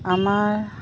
আমাৰ